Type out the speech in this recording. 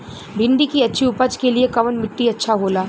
भिंडी की अच्छी उपज के लिए कवन मिट्टी अच्छा होला?